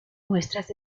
muestras